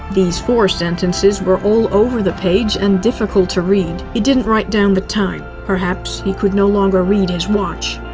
these four sentences were all over the page and difficult to read he didn't write down the time. perhaps he could no longer read his watch.